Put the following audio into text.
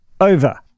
over